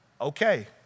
Okay